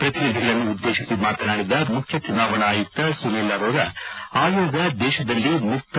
ಪ್ರತಿನಿಧಿಗಳನ್ನು ಉದ್ದೇತಿಸಿ ಮಾತನಾಡಿದ ಮುಖ್ಯ ಚುನಾವಣಾ ಆಯುಕ್ತ ಸುನಿಲ್ ಆರೋರಾ ಆಯೋಗ ದೇಶದಲ್ಲಿ ಮುಕ್ತ